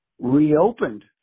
reopened